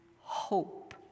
hope